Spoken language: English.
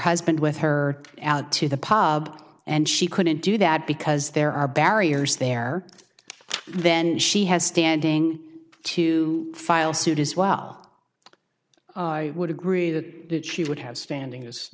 husband with her to the pub and she couldn't do that because there are barriers there then she has standing to file suit as well i would agree that that she would have standing